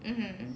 mmhmm